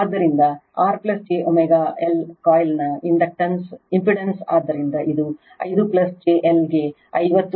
ಆದ್ದರಿಂದ R j Lω ಕಾಯಿಲ್ನ impedance ಆದ್ದರಿಂದ ಇದು 5 j L ಗೆ 50 10 ಪವರ್ 3 2π 100 ಆಗಿದೆ